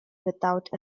without